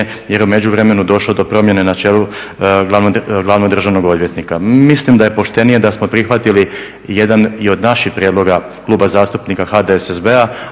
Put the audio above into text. je u međuvremenu došlo do promjene na čelu glavnog državnog odvjetnika. Mislim da je poštenije da smo prihvatili jedan i od naših prijedloga Kluba zastupnika HDSSB-a